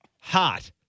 Hot